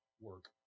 work